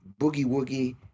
boogie-woogie